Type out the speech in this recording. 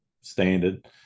standard